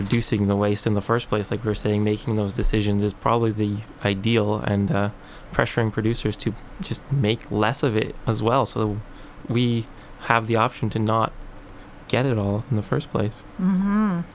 reducing the waste in the first place like we're seeing making those decisions is probably the ideal and pressuring producers to just make less of it as well so we have the option to not get it all in the first place